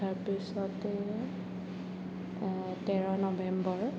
তাৰপিছতে তেৰ নৱেম্বৰ